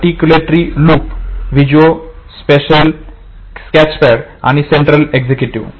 articulatory loop visuo spatial sketchpad आणि central executive